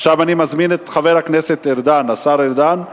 עכשיו אני מזמין את חבר הכנסת ארדן, השר ארדן,